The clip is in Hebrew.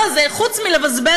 עכשיו, החוק הזה הוא אפילו לא חוק